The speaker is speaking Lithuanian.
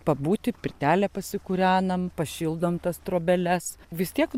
pabūti pirtelę pasikūrenam pašildom tas trobeles vis tiek